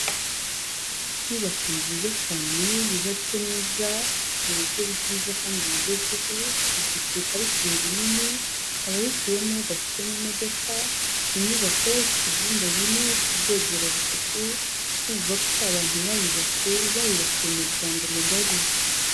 Inyubako nziza cyane yubatse neza mu buryo bwiza kandi bugezweho, ifite parikingi nini, abayituyemo bafite n'imodoka, inyubako ifite ibyumba bine, ifite ubwogero butatu, urumva ko abantu bayubatse bayubakiye umuryango mugari.